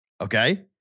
okay